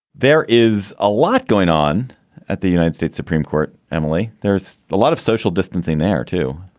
there is a lot going on at the united states supreme court. emily, there's a lot of social distancing there, too.